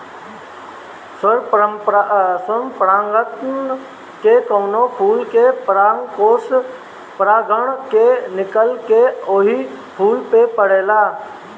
स्वपरागण में कवनो फूल के परागकोष परागण से निकलके ओही फूल पे पड़ेला